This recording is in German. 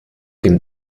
dem